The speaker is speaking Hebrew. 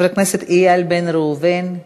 חבר הכנסת איל בן ראובן,